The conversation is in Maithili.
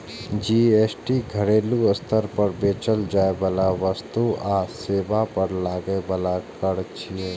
जी.एस.टी घरेलू स्तर पर बेचल जाइ बला वस्तु आ सेवा पर लागै बला कर छियै